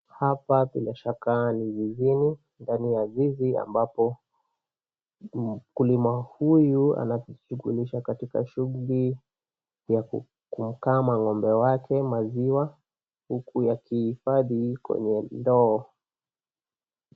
Hapa bila shaka ni zizini, ndani ya zizi ambapo mkulima huyu anajishughulisha katika shughuli ya kumkama ng'ombe wake maziwa huku akihifadhi kwenye ndoo.